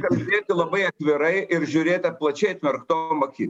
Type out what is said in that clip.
kalbėti labai atvirai ir žiūrėti plačiai atmerktom akim